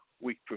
week